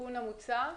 לתיקון המוצע?